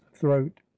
throat